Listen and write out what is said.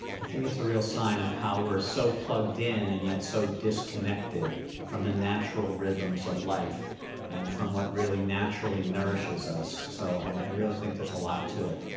i think it's a real sign of how we are so plugged in and yet so disconnected from the natural rhythms of life and from what really naturally nourishes us so i really think there's a lot to it.